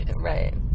Right